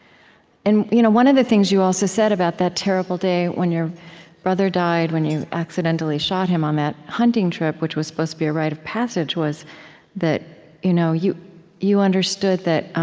and you know one of the things you also said about that terrible day when your brother died, when you accidentally shot him on that hunting trip which was supposed to be a rite of passage was that you know you you understood that